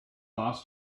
things